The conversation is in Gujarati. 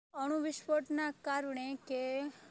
અણુ વિસ્ફોટના કારણે કે